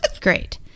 great